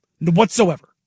Whatsoever